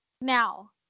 Now